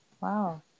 Wow